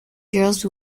girls